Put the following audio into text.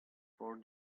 for